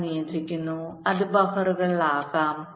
ഞങ്ങൾ നിയന്ത്രിക്കുന്നു അത് ബഫറുകളിൽ പോകാം